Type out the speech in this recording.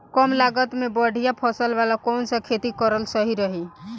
कमलागत मे बढ़िया फसल वाला कौन सा खेती करल सही रही?